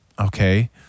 okay